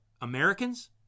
Americans